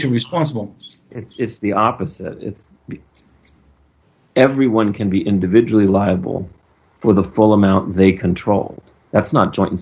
kosher responsible it's the opposite everyone can be individually liable for the full amount they control that's not j